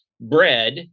bread